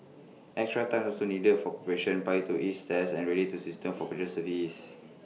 extra time is also needed for preparation prior to each test and ready the systems for passenger service